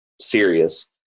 serious